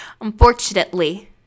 unfortunately